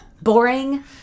Boring